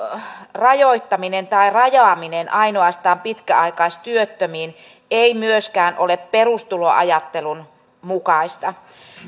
rajoittaminen tai rajaaminen ainoastaan pitkäaikaistyöttömiin ei myöskään ole perustuloajattelun mukaista